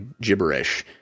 gibberish